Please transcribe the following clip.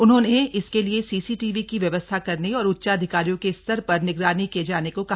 उन्होंने इसके लिये सीसीटीवी की व्यवस्था करने और उच्चाधिकारियों के स्तर पर निगरानी किये जाने को कहा